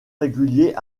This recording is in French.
réguliers